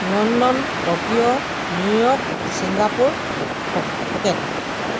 London Tokyo New York Singapore Phuket